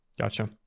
Gotcha